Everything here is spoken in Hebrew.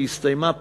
כשהיא הסתיימה,